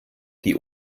die